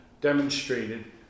demonstrated